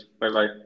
Bye-bye